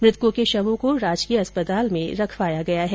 मृतकों के शवों को राजकीय अस्पताल में रखवाया गया है